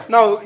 Now